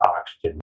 oxygen